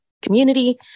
Community